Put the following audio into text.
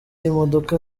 y’imodoka